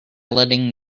letting